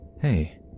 Hey